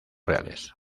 reales